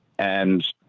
and,